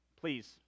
please